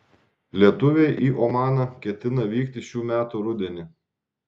lietuviai į omaną ketina vykti šių metų rudenį